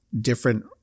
different